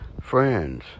friends